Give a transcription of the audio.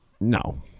No